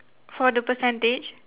for the percentage